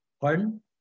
pardon